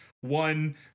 one